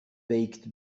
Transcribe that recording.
baked